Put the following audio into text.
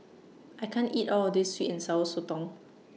I can't eat All of This Sweet and Sour Sotong